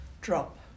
drop